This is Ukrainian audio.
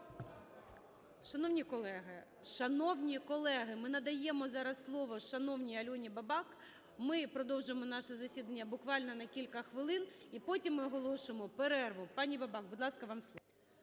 шановні колеги, ми надаємо зараз слово шановній Альоні Бабак. Ми продовжуємо наше засідання буквально на кілька хвилин і потім ми оголошуємо перерву. Пані Бабак, будь ласка, вам слово.